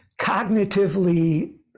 cognitively